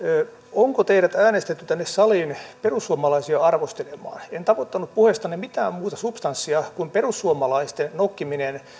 onko teidät äänestetty tänne saliin perussuomalaisia arvostelemaan en tavoittanut puheestanne mitään muuta substanssia kuin perussuomalaisten nokkimisen